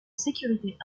sécurité